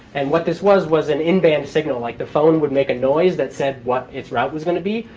and what this was was an in-band signal. like the phone would make a noise that said what its route was going to be,